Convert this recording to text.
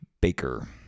Baker